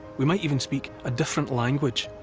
we might even speak a different language.